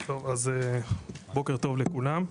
בוקר טוב לכולם,